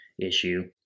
Issue